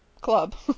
club